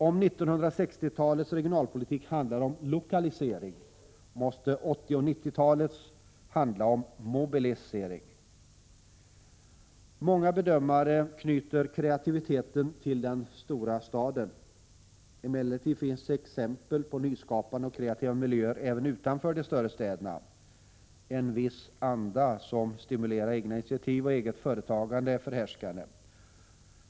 Om 1960-talets regionalpolitik handlade om lokalisering måste 1980 och 1990-talens handla om mobilisering. Många bedömare knyter kreativiteten till den stora staden. Emellertid finns exempel på nyskapande och kreativa miljöer även utanför de större städerna. En viss anda som stimulerar egna initiativ och eget företagande är förhärskande.